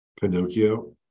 Pinocchio